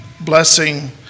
blessing